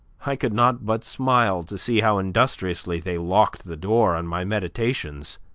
i could not but smile to see how industriously they locked the door on my meditations,